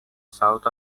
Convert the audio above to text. south